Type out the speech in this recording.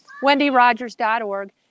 wendyrogers.org